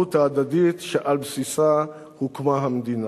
והערבות ההדדית שעליו הוקמה המדינה,